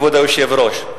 כבוד היושב-ראש.